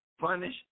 punish